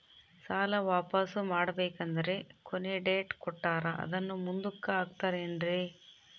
ಸಾಲ ವಾಪಾಸ್ಸು ಮಾಡಬೇಕಂದರೆ ಕೊನಿ ಡೇಟ್ ಕೊಟ್ಟಾರ ಅದನ್ನು ಮುಂದುಕ್ಕ ಹಾಕುತ್ತಾರೇನ್ರಿ?